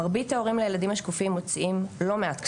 מרבית ההורים ל"ילדים השקופים" מוציאים לא מעט כספים,